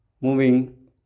moving